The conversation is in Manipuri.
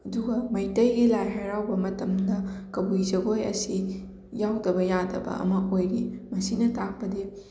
ꯑꯗꯨꯒ ꯃꯩꯇꯩꯒꯤ ꯂꯥꯏ ꯍꯔꯥꯎꯕ ꯃꯇꯝꯗ ꯀꯕꯨꯏ ꯖꯒꯣꯏ ꯑꯁꯤ ꯌꯥꯎꯗꯕ ꯌꯥꯗꯕ ꯑꯃ ꯑꯣꯏꯔꯤ ꯃꯁꯤꯅ ꯇꯥꯛꯄꯗꯤ